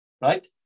Right